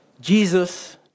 Jesus